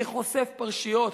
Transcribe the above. כחושף פרשיות,